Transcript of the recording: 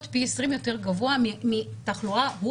פי 20 יותר גבוה בהשוואה לאדם לא מחוסן.